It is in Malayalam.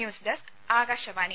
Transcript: news desk Akashvani